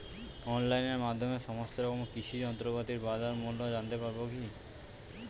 অনলাইনের মাধ্যমে সমস্ত রকম কৃষি যন্ত্রপাতির বাজার মূল্য জানতে পারবো কি?